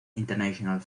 international